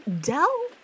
Dell